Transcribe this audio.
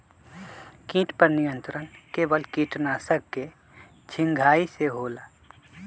किट पर नियंत्रण केवल किटनाशक के छिंगहाई से होल?